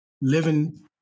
living